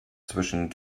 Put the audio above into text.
zwischen